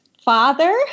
Father